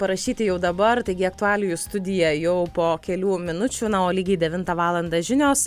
parašyti jau dabar taigi aktualijų studija jau po kelių minučių o lygiai devintą valandą žinios